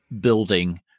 building